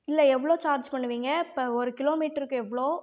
இல்லை எவ்வளோ சார்ஜ் பண்ணுவீங்க இப்போ ஒரு கிலோமீட்டருக்கு எவ்வளோ